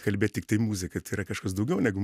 kalbėt tiktai muzika tai yra kažkas daugiau negu